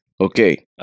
Okay